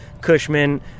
Cushman